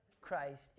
Christ